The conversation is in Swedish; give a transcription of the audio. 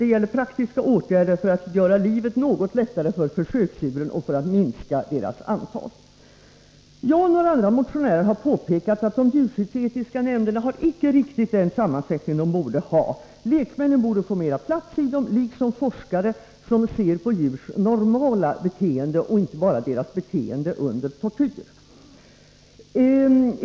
Det gäller praktiska åtgärder för att göra livet något lättare för försöksdjuren och minska deras antal. Jag och andra motionärer har påpekat att de djurskyddsetiska nämnderna icke riktigt har den sammansättning de borde ha. Fler lekmän borde få plats i dem liksom forskare, som ser på djurs normala beteende och inte bara på deras beteende under tortyr.